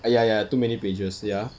ah ya ya too many pages ya